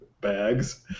bags